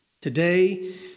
Today